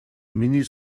миний